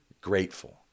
grateful